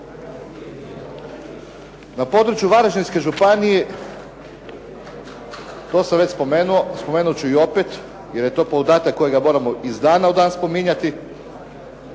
Na području Varaždinske županije, to sam već spomenuo, spomenut ću i opet, jer je to podatak kojega moramo iz dana u dan spominjati,